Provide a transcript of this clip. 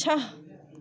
छः